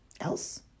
Else